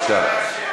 כי זה דברי טעם.